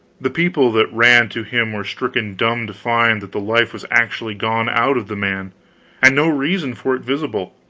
the people that ran to him were stricken dumb to find that the life was actually gone out of the man and no reason for it visible,